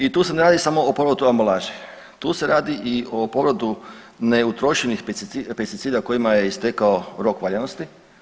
I tu se ne radi samo o povratu ambalaže, tu se radi i o povratu neutrošenih pesticida kojima je istekao rok valjanosti.